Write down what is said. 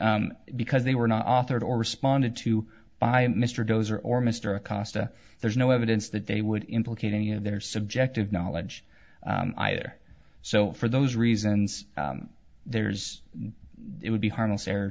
because they were not authored or responded to by mr towser or mr acosta there's no evidence that they would implicate any of their subjective knowledge either so for those reasons there's it would be harmless